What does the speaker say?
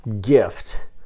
gift